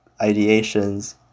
ideations